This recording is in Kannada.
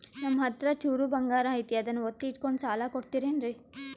ನಮ್ಮಹತ್ರ ಚೂರು ಬಂಗಾರ ಐತಿ ಅದನ್ನ ಒತ್ತಿ ಇಟ್ಕೊಂಡು ಸಾಲ ಕೊಡ್ತಿರೇನ್ರಿ?